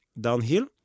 downhill